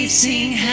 sing